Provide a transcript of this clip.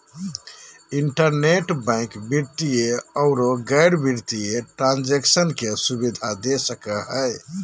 internet bank वित्तीय औरो गैर वित्तीय ट्रांन्जेक्शन के सुबिधा दे हइ